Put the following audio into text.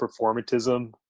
performatism